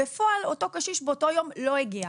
בפועל, אותו קשיש באותו יום לא הגיע.